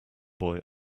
boy